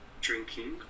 drinking